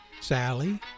Sally